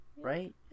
right